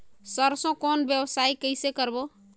सरसो कौन व्यवसाय कइसे करबो?